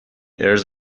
اِرز